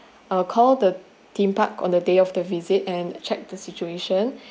uh call the theme park on the day of the visit and check the situation